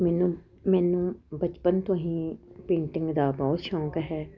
ਮੈਨੂੰ ਮੈਨੂੰ ਬਚਪਨ ਤੋਂ ਹੀ ਪੇਂਟਿੰਗ ਦਾ ਬਹੁਤ ਸ਼ੌਂਕ ਹੈ